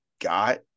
got